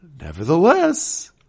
Nevertheless